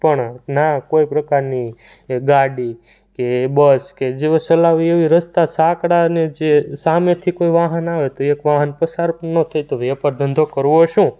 પણ ના કોઈ પ્રકારની ગાડી કે બસ કે જેવું ચલાવવી એવું રસ્તા સાંકડા ને જે સામેથી કોઈ વાહન આવે તો એક વાહન પસાર પણ ન થાય તો તો વેપાર ધંધો કરવો શું